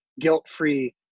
guilt-free